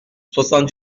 soixante